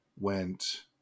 went